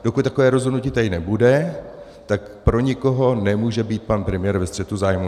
Dokud takové rozhodnutí tady nebude, tak pro nikoho nemůže být pan premiér ve střetu zájmů.